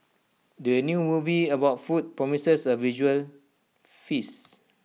the new movie about food promises A visual feast